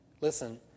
Listen